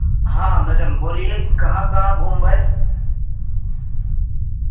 हाँ मैडम बोलिए कहाँ कहाँ घूम गये